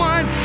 One